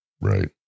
right